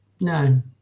No